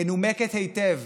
מנומקת היטב.